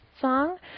song